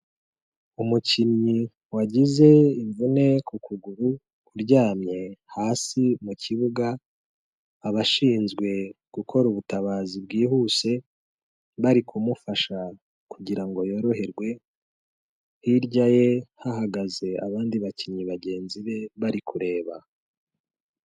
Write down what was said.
Umukinnyi wagize imvune ku kuguru uryamye hasi mu kibuga, abashinzwe gukora ubutabazi bwihuse bari kumufasha kugira ngo yoroherwe, hirya ye hahagaze abandi bakinnyi bagenzi be bari kureba.